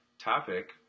topic